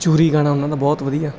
ਚੂਰੀ ਗਾਣਾ ਉਹਨਾਂ ਦਾ ਬਹੁਤ ਵਧੀਆ